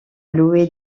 louer